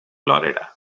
florida